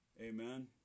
Amen